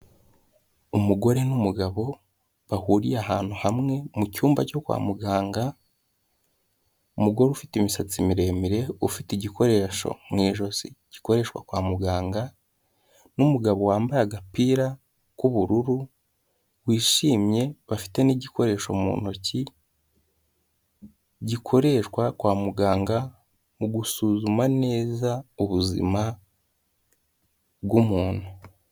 Umugore n'umugabo bahuriye ahantu hamwe mucyumba cyo kwa muganga, umugore ufite imisatsi miremire ufite igikoresho mu ijosi gikoreshwa kwa muganga, n'umugabo wambaye agapira k'ubururu wishimye bafite n'igikoresho mu ntoki gikoreshwa kwa muganga mu gusuzuma neza ubuzima bw'umuntu.